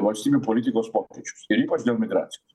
valstybių politikos pokyčius ir ypač dėl emigracijos